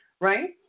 right